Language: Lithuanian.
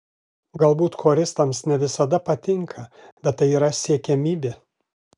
galbūt choristams ne visada patinka bet tai yra siekiamybė